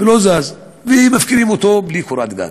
ולא זז, ומפקירים אותו בלי קורת גג?